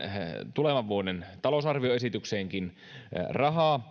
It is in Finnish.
tulevan vuoden talousarvioesitykseenkin rahaa